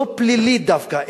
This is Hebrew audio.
לא פלילית דווקא.